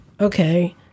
Okay